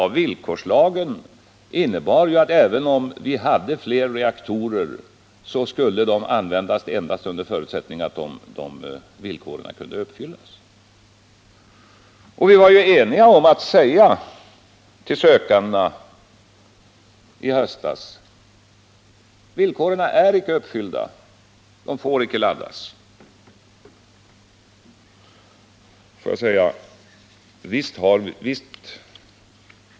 Aldrig — villkorslagen innebar ju att vi, även om fler reaktorer var klara, skulle 123 använda de nya reaktorerna endast under förutsättning att de uppfyllde de i denna lag uppställda villkoren. Vi var eniga om att säga till sökandena i höstas att villkoren icke var uppfyllda och att de nya reaktorerna icke skulle få laddas.